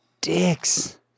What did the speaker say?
dicks